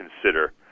consider